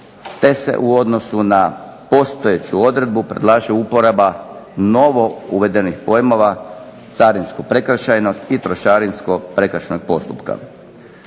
te se u odnosu na postojeću odredbu predlaže uporaba novo uvedenih pojmova carinsko prekršajnog i trošarinsko prekršajnog postupka.